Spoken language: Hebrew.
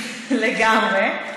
לגמרי.